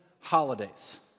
holidays